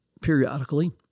periodically